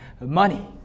money